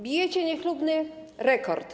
Bijecie niechlubny rekord.